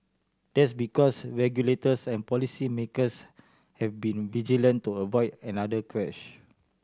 that's because regulators and policy makers have been vigilant to avoid another crash